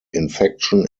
infection